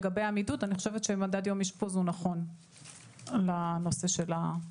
לגבי המידוד: אני חושבת שמדד יום אשפוז הוא נכון לנושא המידוד.